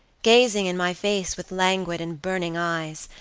gazing in my face with languid and burning eyes,